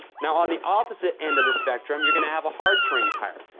now, on the opposite end of the spectrum you're gonna have a hard terrain tire.